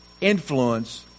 influence